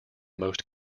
most